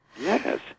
Yes